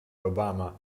obama